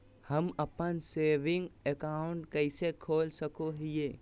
हम अप्पन saving account कइसे खोल सको हियै?